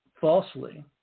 falsely